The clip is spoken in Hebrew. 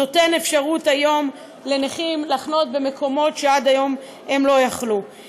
נותן אפשרות היום לנכים לחנות במקומות שעד היום הם לא יכלו לחנות בהם.